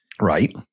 Right